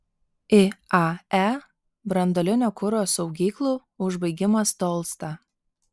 iae branduolinio kuro saugyklų užbaigimas tolsta